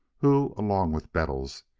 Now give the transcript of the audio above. who, along with bettles,